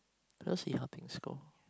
we'll see how things go